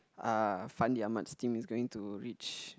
uh Fandi Ahmad's team is going to reach